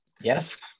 Yes